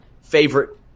favorite